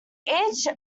each